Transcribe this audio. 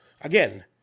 again